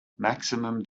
maximum